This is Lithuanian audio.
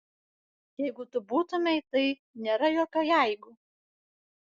jeigu tu būtumei tai nėra jokio jeigu